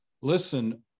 listen